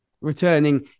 returning